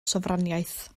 sofraniaeth